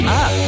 up